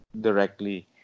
directly